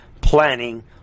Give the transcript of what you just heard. planning